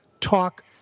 talk